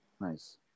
Nice